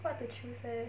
what to choose leh